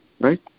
Right